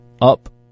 up